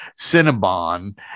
Cinnabon